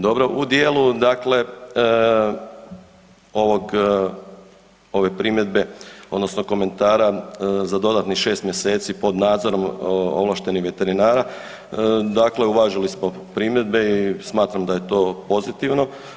Dobro, u dijelu dakle ovog, ove primjedbe odnosno komentara za dodatnih 6 mjeseci pod nadzorom ovlaštenih veterinara, dakle uvažili smo primjedbe i smatramo da je to pozitivno.